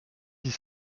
dit